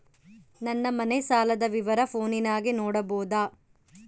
ನನ್ನ ಮನೆ ಸಾಲದ ವಿವರ ಫೋನಿನಾಗ ನೋಡಬೊದ?